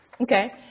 okay